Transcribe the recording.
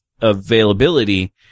availability